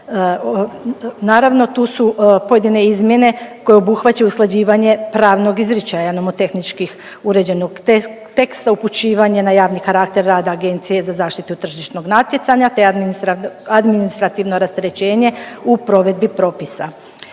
Naravno, tu su pojedine izmjene koje obuhvaćaju usklađivanje pravnog izričaja nomotehničkih uređenog teksta, upućivanje na javni karakter rada Agencije za zaštitu tržišnog natjecanja te administrativno rasterećenje u provedbi propisa.